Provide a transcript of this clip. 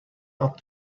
are